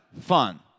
fun